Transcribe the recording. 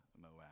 Moab